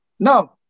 Now